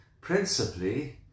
principally